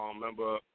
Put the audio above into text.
member